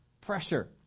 pressure